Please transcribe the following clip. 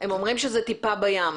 שזו טיפה בים.